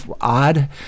odd